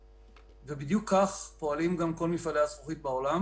בדיוק כך פועלים גם כל מפעלי הזכוכית בעולם.